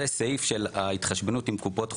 זה הסעיף של ההתחשבנות עם קופות החולים,